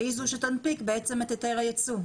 שהיא זו שתנפיק את היתר הייצוא,